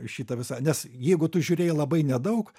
šitą visą nes jeigu tu žiūrėjai labai nedaug